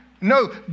No